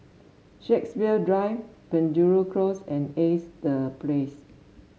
Shepherds Drive Penjuru Close and Ace The Place